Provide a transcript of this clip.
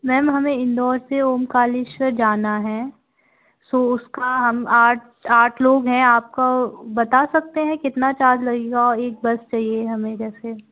ma'am हमें इंदौर से ओंकारेश्वर जाना है सो उसका हम आठ आठ लोग हैं आपका वो बता सकते हैं कितना चार्ज लगेगा और एक बस चाहिए हमें जैसे